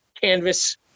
canvas